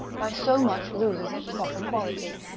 by so much loses its proper quality.